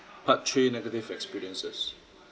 part three negative experiences